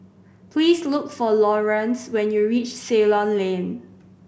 please look for Lawrance when you reach Ceylon Lane